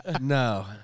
No